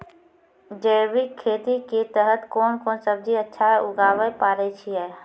जैविक खेती के तहत कोंन कोंन सब्जी अच्छा उगावय पारे छिय?